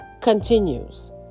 continues